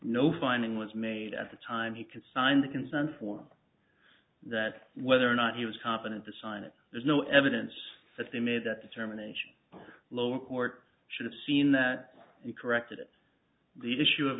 no finding was made at the time he could sign the consent form that whether or not he was competent to sign it there's no evidence that they made that determination the lower court should have seen that he corrected the issue of